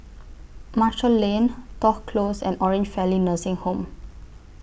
Marshall Lane Toh Close and Orange Valley Nursing Home